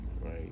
Right